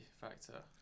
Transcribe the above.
factor